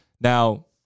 Now